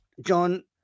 John